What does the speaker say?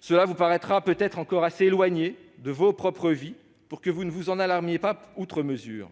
Cela vous paraîtra peut-être encore suffisamment éloigné de vos propres vies pour que vous ne vous en alarmiez pas outre mesure.